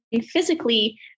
physically